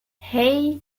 hey